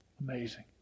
Amazing